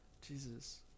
Jesus